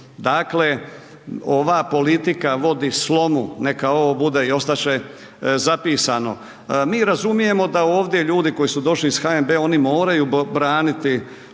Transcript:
dakle ova politika vodi slomu neka ovo bude i ostat će zapisano, mi razumijemo da ovdje ljudi koji su došli iz HNB-a oni moraju braniti